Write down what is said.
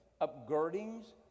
upgirdings